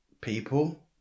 people